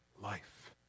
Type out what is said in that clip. life